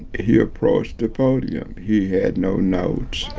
he approached the podium. he had no notes,